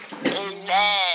Amen